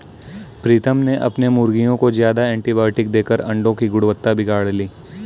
प्रीतम ने अपने मुर्गियों को ज्यादा एंटीबायोटिक देकर अंडो की गुणवत्ता बिगाड़ ली